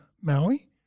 Maui